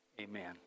Amen